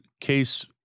case